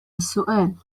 السؤال